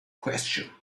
question